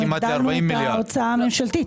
הגדלנו את ההוצאה הממשלתית.